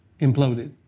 imploded